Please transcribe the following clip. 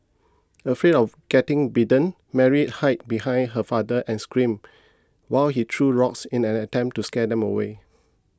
afraid of getting bitten Mary hid behind her father and screamed while he threw rocks in an attempt to scare them away